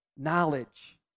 knowledge